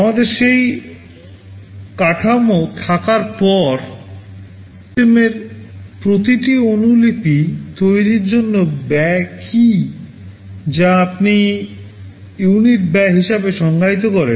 আমাদের সেই কাঠামো থাকার পরে সিস্টেমের প্রতিটি অনুলিপি তৈরির জন্য ব্যয় কী যা আপনি ইউনিট ব্যয় হিসাবে সংজ্ঞায়িত করেন